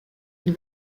une